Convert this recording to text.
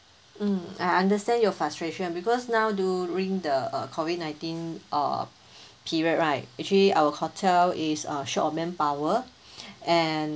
mm I understand your frustration because now during the uh COVID nineteen uh period right actually our hotel is uh short of manpower and